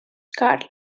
karl